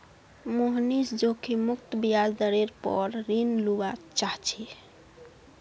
मोहनीश जोखिम मुक्त ब्याज दरेर पोर ऋण लुआ चाह्चे